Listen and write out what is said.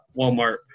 Walmart